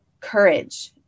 courage